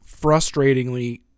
frustratingly